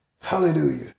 Hallelujah